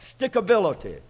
stickability